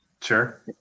Sure